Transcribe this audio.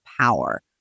power